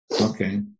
Okay